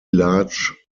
large